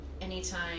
anytime